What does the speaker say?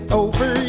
over